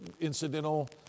incidental